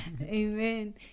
amen